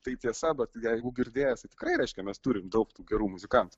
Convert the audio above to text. tai tiesa bet jeigu girdėjęs tai tikrai reiškia mes turim daug tų gerų muzikantų